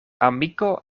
amiko